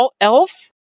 Elf